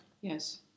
Yes